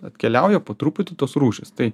atkeliauja po truputį tos rūšys tai